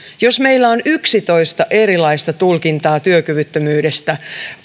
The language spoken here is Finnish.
jos meillä on yksitoista erilaista tulkintaa työkyvyttömyydestä